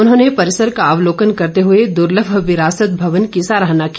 उन्होंने परिसर का अवलोकन करते हुए दुर्लभ विरासत भवन की सराहना की